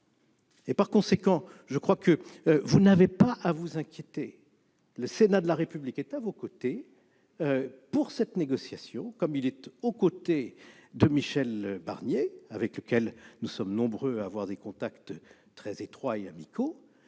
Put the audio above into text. Par conséquent, vous n'avez pas à vous inquiéter. Le Sénat de la République est à vos côtés dans cette négociation, comme il est aux côtés de Michel Barnier, avec lequel nous sommes nombreux à avoir des contacts très étroits et amicaux.